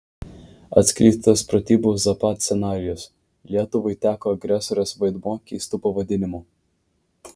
atskleistas pratybų zapad scenarijus lietuvai teko agresorės vaidmuo keistu pavadinimu